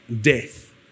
death